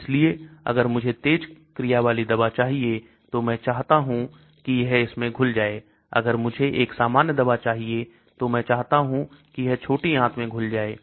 इसलिए अगर मुझे तेज क्रिया वाली दवा चाहिए तो मैं चाहता हूं कि यह इसमें घुल जाए अगर मुझे एक सामान्य दवा चाहिए तो मैं चाहता हूं कि यह छोटी आत में घुल जाए